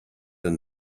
and